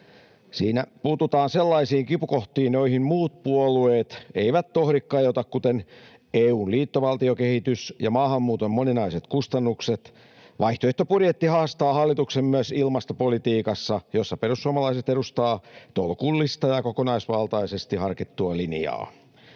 Siinä puututaan sellaisiin kipukohtiin, joihin muut puolueet eivät tohdi kajota, kuten EU:n liittovaltiokehitys ja maahanmuuton moninaiset kustannukset. Vaihtoehtobudjetti haastaa hallituksen myös ilmastopolitiikassa, missä perussuomalaiset edustavat tolkullista ja kokonaisvaltaisesti harkittua linjaa.